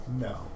no